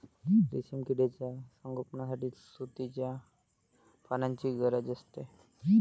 रेशीम किड्यांच्या संगोपनासाठी तुतीच्या पानांची गरज असते